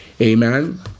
Amen